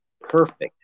perfect